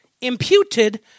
imputed